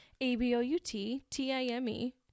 A-B-O-U-T-T-I-M-E